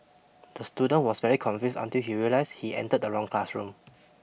the student was very confused until he realized he entered the wrong classroom